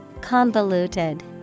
Convoluted